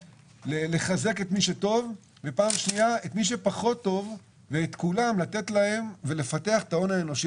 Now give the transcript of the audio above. לחזק את מי שטוב ולדחוף את מי שפחות טוב על ידי פיתוח ההון האנושי.